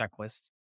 checklist